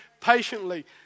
patiently